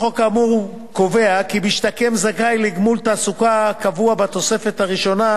החוק האמור קובע כי משתקם זכאי לגמול תעסוקה הקבוע בתוספת הראשונה,